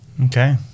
Okay